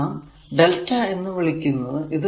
ഇതിനെ നാം lrmΔ എന്നാണ് വിളിക്കുന്നത്